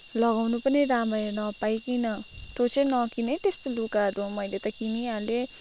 लगाउनु पनि राम्ररी नपाइकन तँचाहिँ नकिन है त्यस्तो लुगा मैले त किनिहालेँ